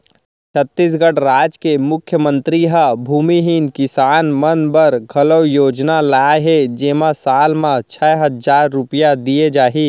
छत्तीसगढ़ राज के मुख्यमंतरी ह भूमिहीन किसान मन बर घलौ योजना लाए हे जेमा साल म छै हजार रूपिया दिये जाही